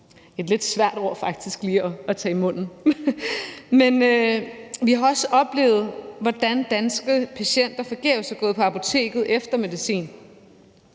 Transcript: at vi er løbet ind i forsyningsvanskeligheder. Vi har også oplevet, hvordan danske patienter forgæves er gået på apoteket efter medicin.